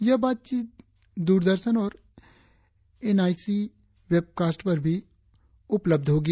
यह बातचीत दूरदर्शन और एनाई सी वेबकास्ट पर भी उपलब्ध होगी